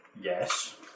Yes